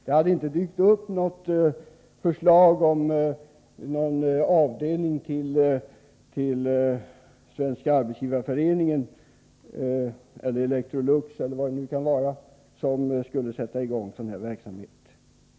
Det hade inte dykt upp något förslag om någon avdelning till Svenska arbetsgivareföreningen, till Electrolux — eller vad det nu kan vara — som skulle sätta i gång sådan här verksamhet.